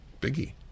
Biggie